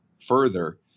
further